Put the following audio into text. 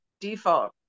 default